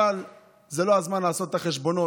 אבל זה לא הזמן לעשות את החשבונות.